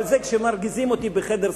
אבל זה כשמרגיזים אותי בפגישה